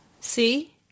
See